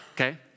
Okay